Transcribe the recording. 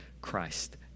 Christ